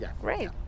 great